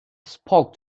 spoke